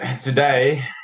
today